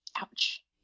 Ouch